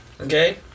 Okay